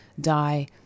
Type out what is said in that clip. die